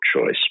choice